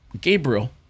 gabriel